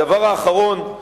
הדבר האחרון,